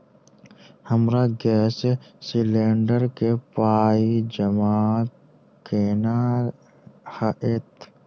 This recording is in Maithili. हमरा गैस सिलेंडर केँ पाई जमा केना हएत?